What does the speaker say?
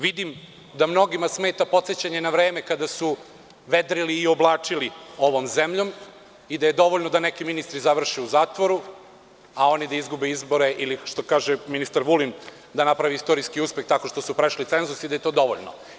Vidim da mnogima smeta podsećanje na vreme kada su vedrili i oblačili ovom zemljom i da je dovoljno da neki ministri završe u zatvoru, a oni da izgube izbore ili, što kaže ministar Vulin – da napravi istorijski uspeh tako što su prešli cenzus i da je to dovoljno.